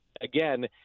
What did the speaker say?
again